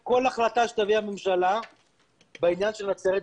כל החלטה שתביא הממשלה בעניין של נצרת,